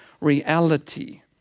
reality